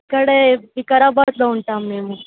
ఇక్కడే వికారాబాద్లో ఉంటాం మేము